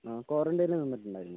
ക്വാറൻറ്റെനിൽ നിന്നിട്ടുണ്ടായിരുന്നോ